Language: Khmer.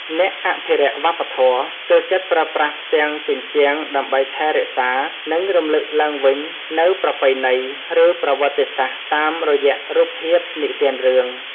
អ្នកអភិរក្សវប្បធម៌ ចូលចិត្តប្រើប្រាស់ផ្ទាំងជញ្ជាំងដើម្បីថែរក្សា និងរំលឹកឡើងវិញនូវប្រពៃណី ឬប្រវត្តិសាស្ត្រតាមរយៈរូបភាពនិទានរឿង។